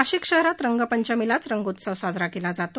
नाशिक शहरात रंगपंचमीलाच रंगोत्सव साजरा केला जातो